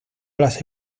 las